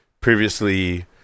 previously